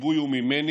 הגיבוי הוא ממני,